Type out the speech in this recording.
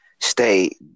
state